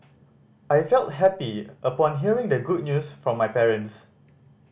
I felt happy upon hearing the good news from my parents